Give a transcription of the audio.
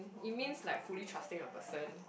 it means like fully trusting a person